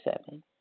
seven